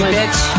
bitch